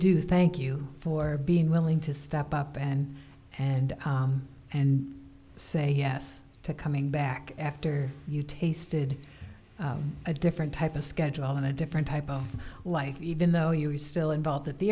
do thank you for being willing to step up and and and say yes to coming back after you tasted a different type of schedule and a different type of life even though you still involved at the